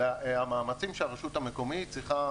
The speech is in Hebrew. מדובר במאמצים שהרשות המקומית צריכה